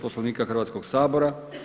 Poslovnika Hrvatskoga sabora.